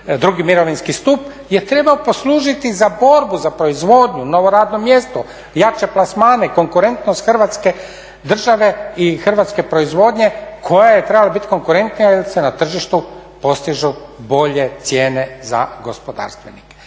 drugi mirovinski stup je trebao poslužiti za borbu, za proizvodnju, novo radno mjesto, jačanje plasmane, konkurentnost Hrvatske države i hrvatske proizvodnje koja je trebala bit konkurentnija jer se na tržištu postižu bolje cijene za gospodarstvenike.